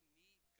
need